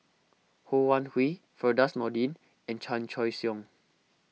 Ho Wan Hui Firdaus Nordin and Chan Choy Siong